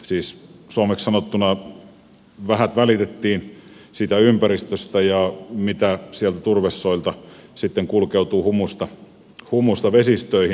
siis suomeksi sanottuna vähät välitettiin ympäristöstä ja siitä että turvesoilta kulkeutui humusta vesistöihin